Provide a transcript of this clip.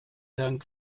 dank